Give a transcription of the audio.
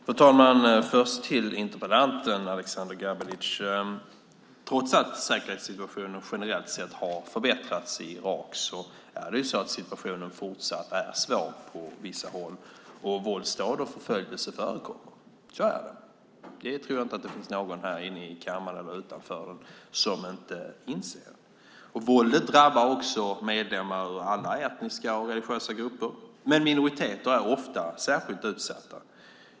Fru talman! Först vänder jag mig till interpellanten Aleksander Gabelic. Trots att säkerhetssituationen generellt sett har förbättrats i Irak är situationen fortsatt svår på vissa håll. Våldsdåd och förföljelse förekommer. Så är det. Jag tror inte att det finns någon här inne i kammaren eller utanför den som inte inser det. Våldet drabbar också medlemmar i alla etniska och religiösa grupper, men minoriteter är ofta särskilt utsatta.